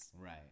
Right